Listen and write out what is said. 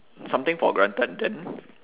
something for granted then